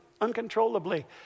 uncontrollably